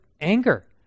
anger